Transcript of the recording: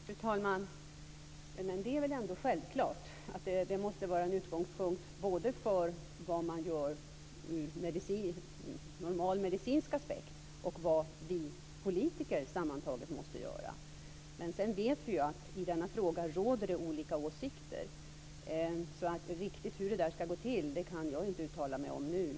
Fru talman! Det är väl ändå självklart att det måste vara utgångspunkten både för vad man gör ur normal medicinsk aspekt och vad vi politiker sammantaget måste göra. Vi vet ju att det i denna fråga råder olika åsikter, så riktigt hur det ska gå till kan jag inte uttala mig om nu.